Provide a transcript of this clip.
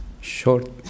short